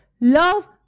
love